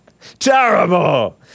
Terrible